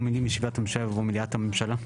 במקום המילים 'ישיבת ממשלה' יבוא 'מליאת הממשלה'.